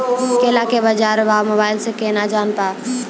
केला के बाजार भाव मोबाइल से के ना जान ब?